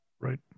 right